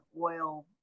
oil